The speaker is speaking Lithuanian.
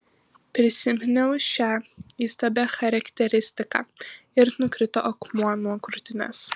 prisiminiau šią įstabią charakteristiką ir nukrito akmuo nuo krūtinės